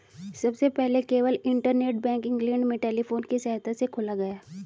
सबसे पहले केवल इंटरनेट बैंक इंग्लैंड में टेलीफोन की सहायता से खोला गया